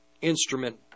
instrument